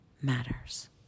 matters